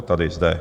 Tady, zde.